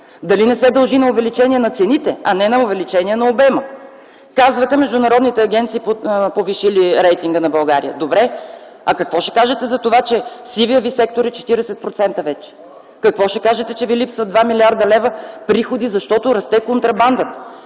дали не се дължи на увеличение на цените, а не на увеличение на обема. Казвате, международните агенции повишили рейтинга на България – добре, а какво ще кажете за това, че сивият ви сектор вече е 40%? Какво ще кажете, че ви липсват 2 млрд. лв. приходи, защото расте контрабандата?